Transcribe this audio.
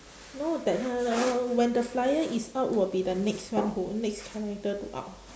no that uh when the flyer is out will be the next one who next character to out